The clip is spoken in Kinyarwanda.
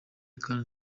kandi